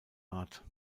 art